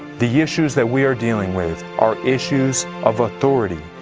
the issues that we are dealing with are issues of authority.